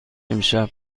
امشب